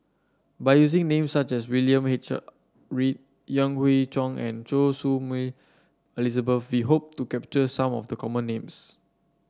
by using names such as William H Read Yan Hui Chang and Choy Su Moi Elizabeth we hope to capture some of the common names